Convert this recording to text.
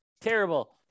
terrible